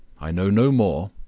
i know no more.